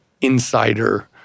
insider